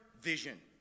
vision